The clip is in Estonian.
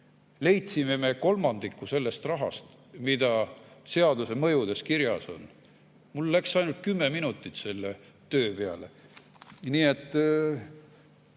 leidsime me kolmandiku sellest rahast, mis seaduse mõjuna kirjas on. Mul läks ainult kümme minutit selle töö peale. Meie